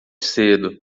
cedo